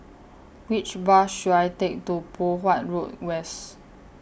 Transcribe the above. Which Bus should I Take to Poh Huat Road West